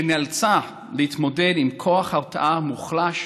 שנאלצה להתמודד עם כוח הרתעה מוחלש,